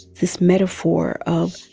this metaphor of.